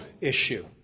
issue